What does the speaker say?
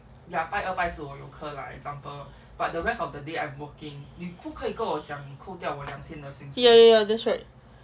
ya ya ya that's right